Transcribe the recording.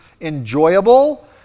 enjoyable